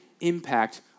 impact